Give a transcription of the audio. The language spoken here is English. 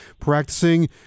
practicing